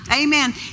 Amen